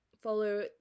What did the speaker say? Follow